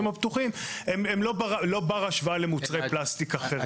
הפתוחים - הן לא בר השוואה למוצרי פלסטיק אחרים.